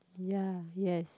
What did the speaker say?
ya yes